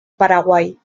paraguay